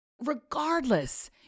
Regardless